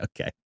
okay